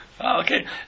okay